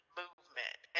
movement